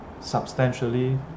substantially